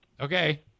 Okay